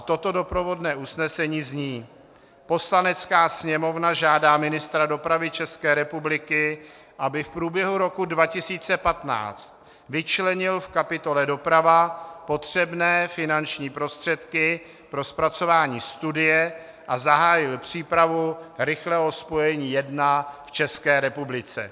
Toto doprovodné usnesení zní: Poslanecká sněmovna žádá ministra dopravy České republiky, aby v průběhu roku 2015 vyčlenil v kapitole Doprava potřebné finanční prostředky pro zpracování studie a zahájil přípravu rychlého spojení 1 v České republice.